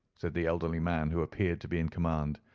said the elderly man who appeared to be in command.